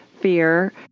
fear